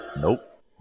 Nope